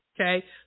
Okay